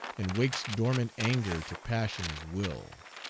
and wakes dormant anger to passion's will.